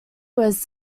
was